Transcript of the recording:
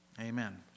amen